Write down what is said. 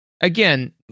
again